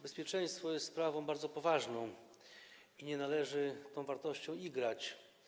Bezpieczeństwo jest sprawą bardzo poważną i nie należy tą wartością igrać.